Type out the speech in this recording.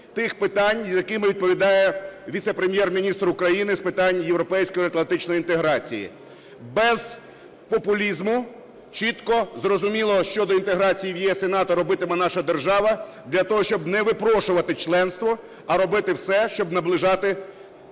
тих питань, за які відповідає віце-прем'єр-міністр України з питань європейської та євроатлантичної інтеграції. Без популізму, чітко, зрозуміло, що для інтеграції в ЄС і НАТО робитиме наша держава, для того, щоб не випрошувати членство, а робити все, щоб наближати той